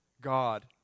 God